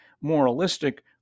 moralistic